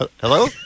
Hello